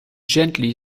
gently